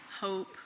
hope